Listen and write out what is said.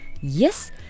yes